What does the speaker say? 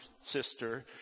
sister